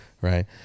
Right